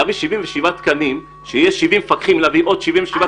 להביא 77 תקנים כשיש כבר 70 זו היסטוריה.